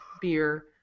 beer